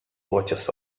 watches